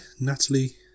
Natalie